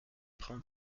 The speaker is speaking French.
prend